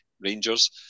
Rangers